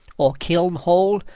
or kiln-hole,